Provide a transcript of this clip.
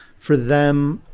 for them,